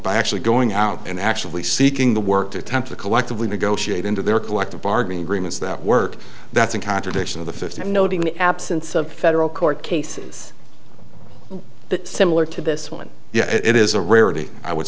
by actually going out and actually seeking the work to attempt to collectively negotiate into their collective bargaining agreements that work that's in contradiction of the fifth noting the absence of federal court cases but similar to this one yeah it is a rarity i would